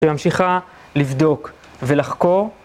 וממשיכה לבדוק ולחקור